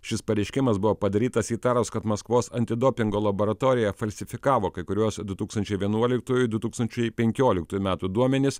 šis pareiškimas buvo padarytas įtarus kad maskvos antidopingo laboratorija falsifikavo kai kuriuos du tūkstančiai vienuoliktųjų du tūkstančiai penkioliktųjų metų duomenis